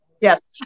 yes